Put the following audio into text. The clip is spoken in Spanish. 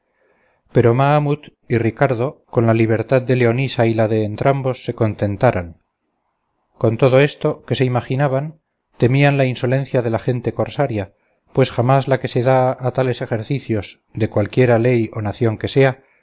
pero mahamut y ricardo con la libertad de leonisa y de la de entrambos se contentaran con todo esto que se imaginaban temían la insolencia de la gente cosaria pues jamás la que se da a tales ejercicios de cualquiera ley o nación que sea